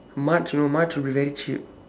march you know march will be very cheap